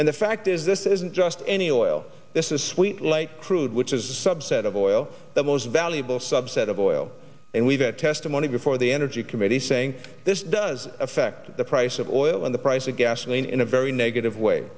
and the fact is this isn't just any oil this is sweet light crude which is a subset of oil the most valuable subset of oil and we've had testimony before the energy committee saying this does affect the price of oil in the price of gasoline in a very negative way